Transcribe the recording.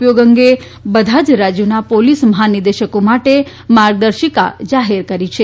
ઉપયોગ અંગે બધા જ રાજ્યોના પોલીસ મહાનિદેશકો માટે માર્ગદર્શિકા જાહેર કરી છે